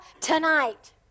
tonight